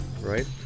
right